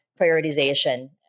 prioritization